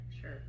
Sure